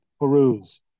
peruse